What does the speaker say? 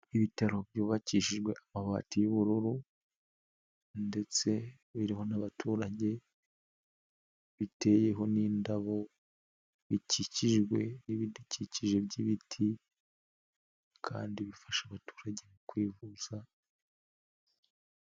Ibitaro byubakishijwe amabati y'ubururu ndetse biriho n'abaturage biteyeho n'indabo, bikikijwe n'ibidukikije by'ibiti kandi bifasha abaturage mu kwivuza.